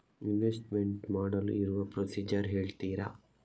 Investment ಮಾಡಲು ಇರುವ procedure ಹೇಳ್ತೀರಾ?